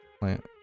plant